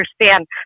understand